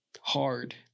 hard